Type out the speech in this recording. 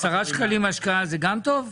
10 שקלים השקעה זה גם טוב?